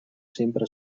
sempre